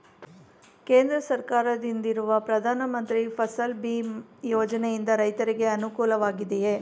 ಕೇಂದ್ರ ಸರ್ಕಾರದಿಂದಿರುವ ಪ್ರಧಾನ ಮಂತ್ರಿ ಫಸಲ್ ಭೀಮ್ ಯೋಜನೆಯಿಂದ ರೈತರಿಗೆ ಅನುಕೂಲವಾಗಿದೆಯೇ?